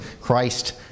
Christ